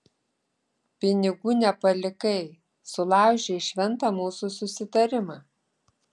pinigų nepalikai sulaužei šventą mūsų susitarimą